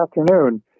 afternoon